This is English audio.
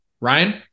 Ryan